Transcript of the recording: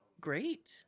great